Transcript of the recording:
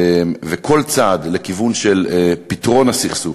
וכל צעד לכיוון של פתרון הסכסוך,